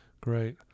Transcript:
Great